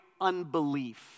unbelief